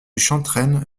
chantrenne